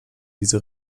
diese